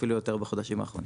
ואפילו יותר בחודשים האחרונים.